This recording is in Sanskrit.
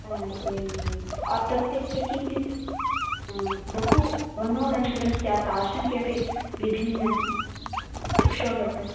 हा एवम् एवं तद् त्यक्त्वा किञ्चित् ह्म् बहुमनोरञ्जनं स्यात् तादृशं किमपि विभिन्नं पुष्पं वर्तते